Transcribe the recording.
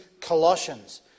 Colossians